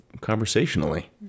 conversationally